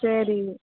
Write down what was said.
சரி